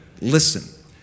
Listen